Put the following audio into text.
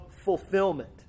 fulfillment